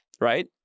right